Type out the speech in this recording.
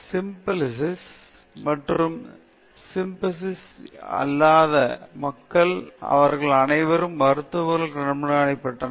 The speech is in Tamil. எனவே சிபிலிஸ் மற்றும் சிபிலிஸ் இல்லாத மக்கள் அவர்கள் அனைவரும் மருத்துவர்களால் கண்காணிக்கப்பட்டனர்